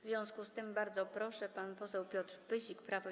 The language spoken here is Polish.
W związku z tym, bardzo proszę, pan poseł Piotr Pyzik, Prawo i